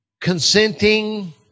consenting